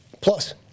Plus